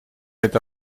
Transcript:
это